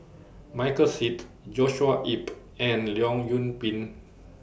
Michael Seet Joshua Ip and Leong Yoon Pin